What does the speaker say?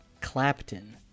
Clapton